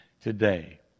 today